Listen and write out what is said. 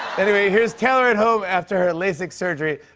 anyway, here's taylor at home after her lasik surgery.